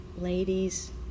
ladies